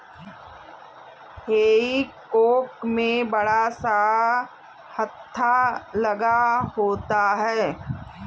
हेई फोक में बड़ा सा हत्था लगा होता है